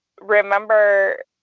remember